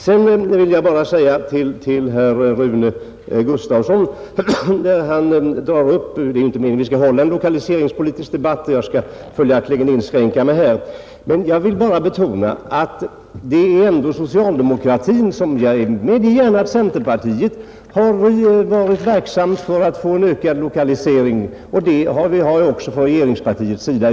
Det är inte meningen att vi skall föra en lokaliseringspolitisk debatt här, och jag skall följaktligen fatta mig kort på den punkten. Jag medger gärna att centerpartiet har varit verksamt för att få en ökad lokalisering till stånd, och det har vi också varit från regeringspartiets sida.